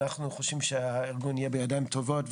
אנחנו חושבים שהארגון יהיה בידיים טובות,